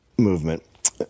movement